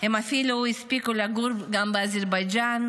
הם אפילו הספיקו לגור גם באזרבייג'ן.